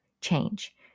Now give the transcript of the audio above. change